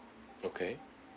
okay